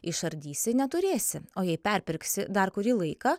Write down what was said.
išardysi neturėsi o jei perpirksi dar kurį laiką